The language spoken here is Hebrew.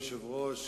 אדוני היושב-ראש,